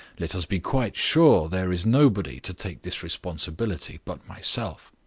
let us be quite sure there is nobody to take this responsibility but myself.